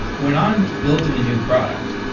when i'm building new product,